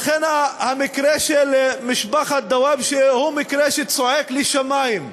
לכן המקרה של משפחת דוואבשה הוא מקרה שצועק לשמים.